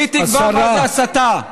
היא תקבע מה זה הסתה.